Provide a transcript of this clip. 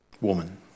woman